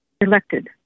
elected